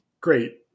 Great